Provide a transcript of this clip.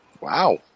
Wow